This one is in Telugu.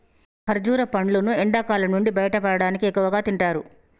ఖర్జుర పండ్లును ఎండకాలం నుంచి బయటపడటానికి ఎక్కువగా తింటారు